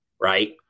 right